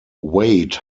wade